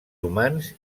humans